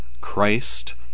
Christ